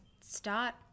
start